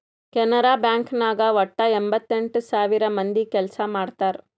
Canara bank ನಾಗ್ ವಟ್ಟ ಎಂಭತ್ತೆಂಟ್ ಸಾವಿರ ಮಂದಿ ಕೆಲ್ಸಾ ಮಾಡ್ತಾರ್